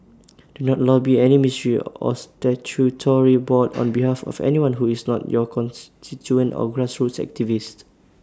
do not lobby any ministry or statutory board on behalf of anyone who is not your constituent or grassroots activist